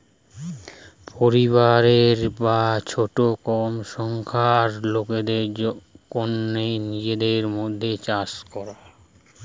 পরিবারের বা ছোট কম সংখ্যার লোকদের কন্যে নিজেদের মধ্যে চাষ করা